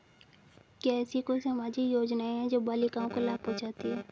क्या ऐसी कोई सामाजिक योजनाएँ हैं जो बालिकाओं को लाभ पहुँचाती हैं?